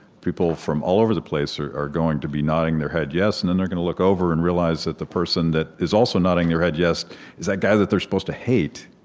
people from all over the place are are going to be nodding their head yes, and then they're gonna look over and realize that the person that is also nodding their head yes is that guy that they're supposed to hate.